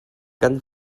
kan